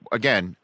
again